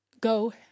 go